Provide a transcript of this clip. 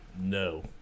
No